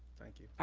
thank you. ah